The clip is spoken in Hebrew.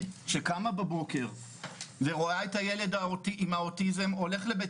שקמה בבוקר ורואה את הילד עם האוטיזם הולך לבית